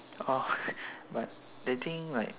orh but they think like